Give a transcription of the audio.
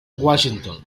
washington